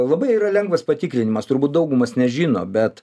labai yra lengvas patikrinimas turbūt daugumas nežino bet